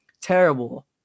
terrible